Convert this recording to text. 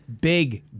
Big